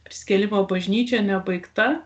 prisikėlimo bažnyčia nebaigta